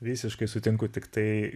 visiškai sutinku tiktai